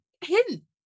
hidden